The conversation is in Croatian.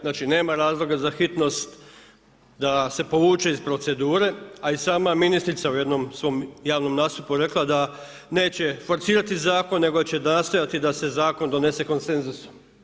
Znači nema razloga za hitnost, da se povuče iz procedure, a i sama ministrica u jednom svom javnom nastupu je rekla da neće forsirati zakone nego da će nastoji da se zakon donese konsenzusom.